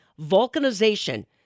vulcanization